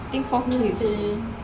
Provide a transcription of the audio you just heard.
think four